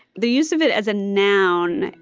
the use of it as a noun,